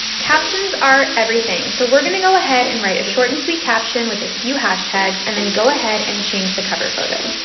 captions are everything. so we're going to go ahead and write a short and sweet caption with a few hashtags and then go ahead and change the cover photo.